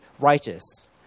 righteous